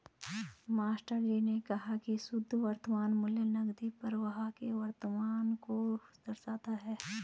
मास्टरजी ने कहा की शुद्ध वर्तमान मूल्य नकदी प्रवाह के वर्तमान मूल्य को दर्शाता है